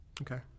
Okay